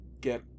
get